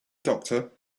doctor